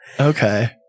Okay